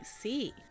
see